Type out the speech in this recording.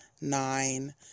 nine